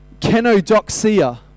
kenodoxia